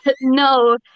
No